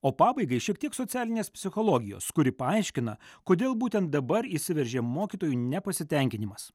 o pabaigai šiek tiek socialinės psichologijos kuri paaiškina kodėl būtent dabar išsiveržė mokytojų nepasitenkinimas